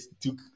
took